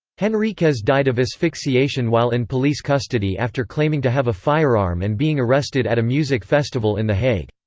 henriquez died of asphyxiation while in police custody after claiming to have a firearm and being arrested at a music festival in the hague.